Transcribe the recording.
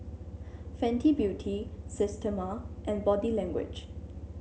Fenty Beauty Systema and Body Language